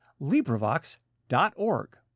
LibriVox.org